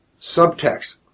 subtext